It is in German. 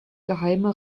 geheime